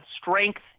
strength